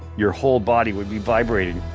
your whole body would be vibrating.